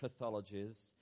pathologies